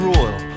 Royal